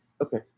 okay